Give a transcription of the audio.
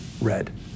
red